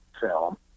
film